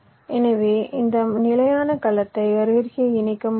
எனவே இந்த நிலையான கலத்தை அருகருகே இணைக்க முடியும்